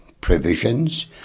provisions